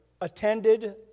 attended